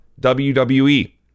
WWE